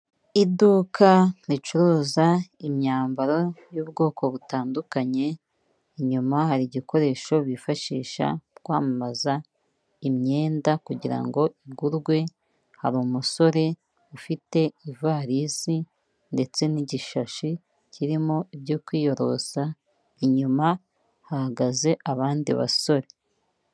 Iduka ricuruza imyambaro y'ubwoko butandukanye, inyuma hari igikoresho bifashisha mu kwamamaza imyenda kugirango igurwe, hari umusore ufite ivarisi ndetse n'igishashi kirimo ibyo kwiyorosa, inyuma hagaze abandi basore.